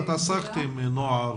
ואת עסקת עם נוער.